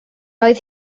oedd